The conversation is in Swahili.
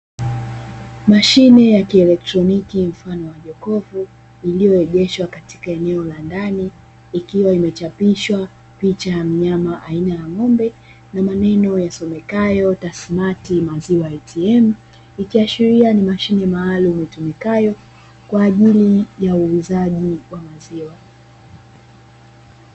Mashine ya kielektroniki mfano wa jokofu, lililoegeshwa katika eneo la ndani, ikiwa imechapishwa picha ya mnyama aina ya ng'ombe, na maneno yasomekayo "TASMATI MAZIWA ATM". Ikiashiria ni mashine maalumu itumikayo kwa ajili ya uuzaji wa maziwa.